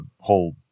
whole